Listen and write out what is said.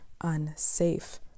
unsafe